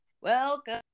welcome